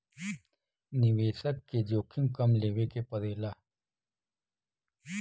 निवेसक के जोखिम कम लेवे के पड़ेला